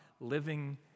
living